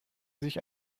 sich